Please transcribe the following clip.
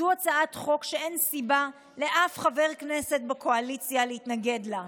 זו הצעת חוק שאין סיבה לאף חבר כנסת בקואליציה להתנגד לה.